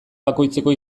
bakoitzeko